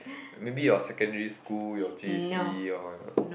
maybe your secondary school your J_C your